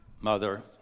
mother